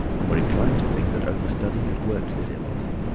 and were inclined to think that over-study had worked this ill on him.